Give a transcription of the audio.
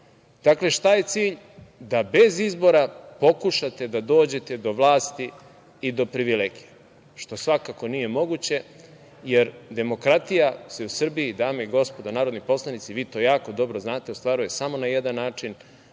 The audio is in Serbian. dakle, šta je cilj - da bez izbora pokušate da dođete do vlasti i do privilegije, što svakako nije moguće jer demokratija se u Srbiji, dame i gospodo narodni poslanici, vi to jako dobro znate, ostvaruje samo na jedan način,